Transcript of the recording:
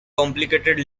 complicated